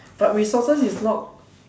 but resources is not